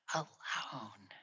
alone